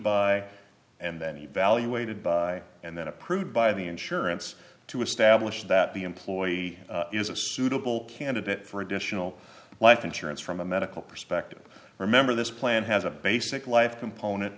by and then evaluated by and then approved by the insurance to establish that the employee is a suitable candidate for additional life insurance from a medical perspective remember this plan has a basic life component